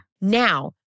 Now